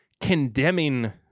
condemning